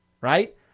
right